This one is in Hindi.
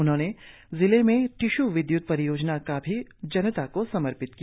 म्ख्यमंत्री जिले में टीसू विद्य्त परियोजना को भी जनता को समर्पित किया